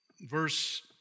verse